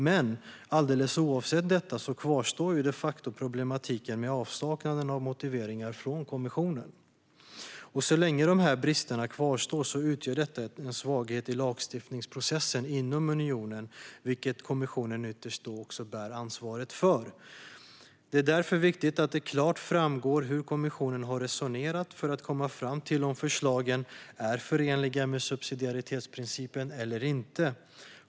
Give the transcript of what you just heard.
Men alldeles oavsett detta kvarstår de facto problematiken med avsaknaden av motiveringar från kommissionen. Så länge dessa brister kvarstår utgör det en svaghet i lagstiftningsprocessen inom unionen, vilket kommissionen ytterst bär ansvaret för. Det är därför viktigt att det klart framgår hur kommissionen har resonerat för att komma fram till om förslagen är förenliga med subsidiaritetsprincipen eller inte.